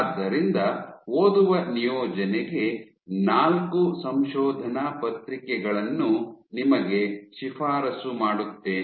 ಆದ್ದರಿಂದ ಓದುವ ನಿಯೋಜನೆಗೆ ನಾಲ್ಕು ಸಂಶೋಧನಾ ಪತ್ರಿಕೆಗಳನ್ನು ನಿಮಗೆ ಶಿಫಾರಸು ಮಾಡುತ್ತೇನೆ